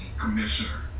commissioner